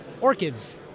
orchids